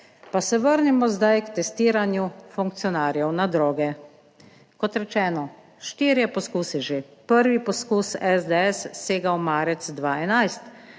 Pa se vrnemo zdaj k testiranju funkcionarjev na droge. Kot rečeno, štirje poskusi. Že prvi poskus SDS sega v marec